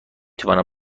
توانم